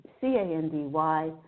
C-A-N-D-Y